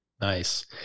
Nice